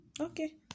Okay